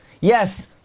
Yes